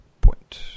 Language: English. point